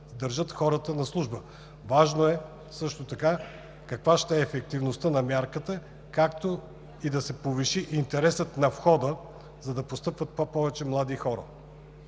задържат хората на служба. Важно е каква ще е ефективността на мярката, както и да се повишава интересът на входа, за да постъпват повече млади хора.